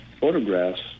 photographs